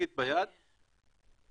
מסוימת או זה אלימות ישובית ספציפית בישוב אחד,